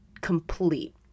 complete